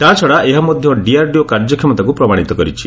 ତାଛଡା ଏହା ମଧ୍ୟ ଡିଆରଡିଓ କାର୍ଯ୍ୟକ୍ଷମତାକୁ ପ୍ରମାଣିତ କରିଛି